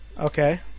Okay